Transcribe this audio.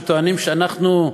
שטוענים שאנחנו,